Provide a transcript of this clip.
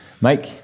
Mike